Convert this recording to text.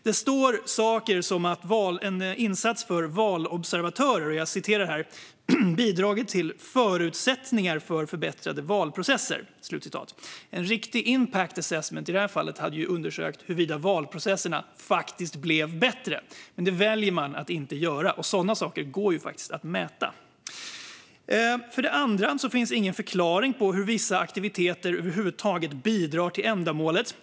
Det står saker som att en insats för valobservatörer "bidragit till förutsättningar för förbättrade valprocesser". En riktig impact assessment hade i detta fall undersökt huruvida valprocesserna blev bättre, men det har man valt att inte göra. Sådana saker går ju faktiskt att mäta. För det andra finns ingen förklaring till hur vissa aktiviteter över huvud taget bidrar till ändamålet.